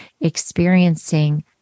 experiencing